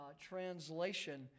translation